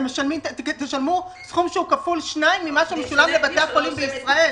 תשלמו סכום כפול שניים ממה שמשולם בבתי החולים בישראל.